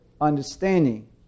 understanding